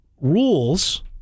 rules